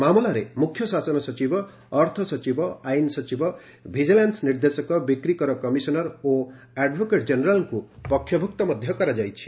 ମାମଲାରେ ମୁଖ୍ୟ ଶାସନ ସଚିବ ଅର୍ଥ ସଚିବ ଆଇନ୍ ସଚିବ ଭିଜିଲାନ୍ ନିର୍ଦ୍ଦେଶକ ବିକ୍ରି କର କମିଶନର ଓ ଆଡଭୋକେଟ୍ ଜେନେରାଲଙ୍କୁ ପକ୍ଷଭ୍ରକ୍ତ କରାଯାଇଛି